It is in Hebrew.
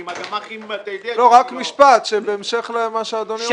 רק משפט, בהמשך למה שאדוני אומר.